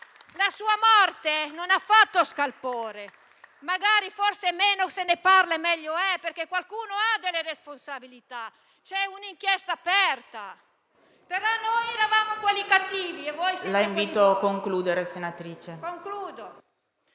la cui morte non ha fatto scalpore; magari, forse, meno se ne parla e meglio è, perché qualcuno ha delle responsabilità e c'è un'inchiesta aperta. Però noi eravamo quelli cattivi e voi siete quelli buoni...